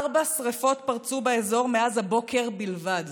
ארבע שרפות פרצו מאז הבוקר בלבד,